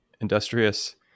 industrious